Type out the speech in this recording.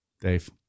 Dave